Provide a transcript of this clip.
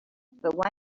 but